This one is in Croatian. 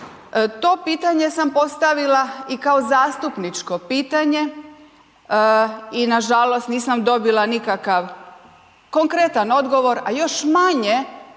To pitanje sam postavila i kao zastupničko pitanje i nažalost nisam dobila nikakav konkretan odgovor, a još manje